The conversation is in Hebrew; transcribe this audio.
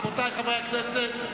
רבותי חברי הכנסת,